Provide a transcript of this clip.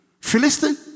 Philistine